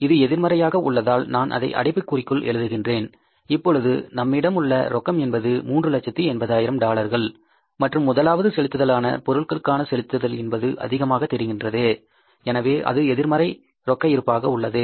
இது எதிர்மறையாக உள்ளதால் நான் அதை அடைப்புக்குறிக்குள் எழுதுகின்றேன் இப்பொழுது நம்மிடமுள்ள ரொக்கம் என்பது 380000 டாலர்கள் மற்றும் முதலாவது செலுத்துதலான பொருட்களுக்கான செலுத்துதல் என்பது அதிகமாக தெரிகின்றது எனவே அது எதிர்மறை ரொக்க இருப்பாக உள்ளது